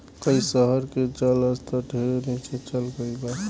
कई शहर के जल स्तर ढेरे नीचे चल गईल बा